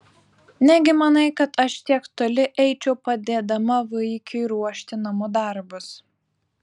negi manai kad aš tiek toli eičiau padėdama vaikiui ruošti namų darbus